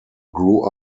grew